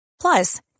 Plus